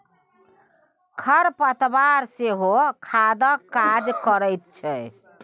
खर पतवार सेहो खादक काज करैत छै